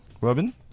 Robin